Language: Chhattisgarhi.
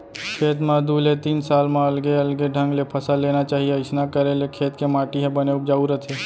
खेत म दू ले तीन साल म अलगे अलगे ढंग ले फसल लेना चाही अइसना करे ले खेत के माटी ह बने उपजाउ रथे